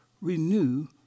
renew